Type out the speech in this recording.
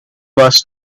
bus